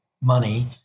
money